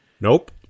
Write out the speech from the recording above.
Nope